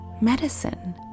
medicine